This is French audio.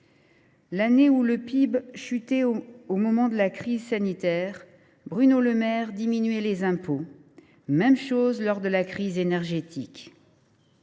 L’année où le PIB chutait, lors de la crise sanitaire, Bruno Le Maire diminuait les impôts, comme il le fit lors de la crise énergétique.